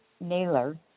Naylor